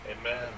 Amen